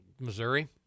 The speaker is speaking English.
Missouri